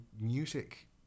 music